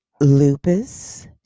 lupus